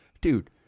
dude